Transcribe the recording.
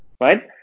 right